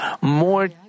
more